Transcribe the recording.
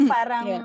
Parang